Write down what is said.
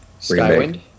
Skywind